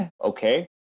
okay